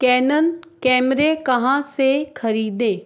cannon कैमरे कहाँ से खरीदें